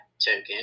token